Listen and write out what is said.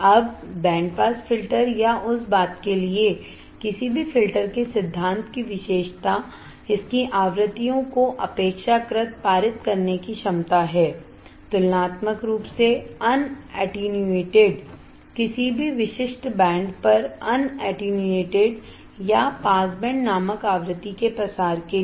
अब band pass filter या उस बात के लिए किसी भी फिल्टर के सिद्धांत की विशेषता इसकी आवृत्तियों को अपेक्षाकृत पारित करने की क्षमता है तुलनात्मक रूप से अन अटिन्यूएटिड किसी भी विशिष्ट बैंड पर अन अटिन्यूएटिड या पास बैंड नामक आवृत्ति के प्रसार के लिए